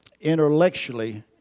intellectually